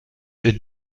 est